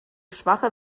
schwache